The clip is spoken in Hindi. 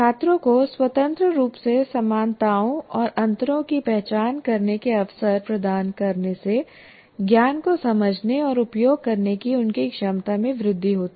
छात्रों को स्वतंत्र रूप से समानताओं और अंतरों की पहचान करने के अवसर प्रदान करने से ज्ञान को समझने और उपयोग करने की उनकी क्षमता में वृद्धि होती है